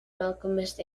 alchemist